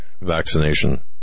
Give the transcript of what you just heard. vaccination